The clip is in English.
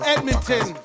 Edmonton